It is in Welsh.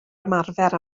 ymarfer